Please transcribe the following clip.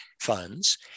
funds